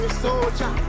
soldier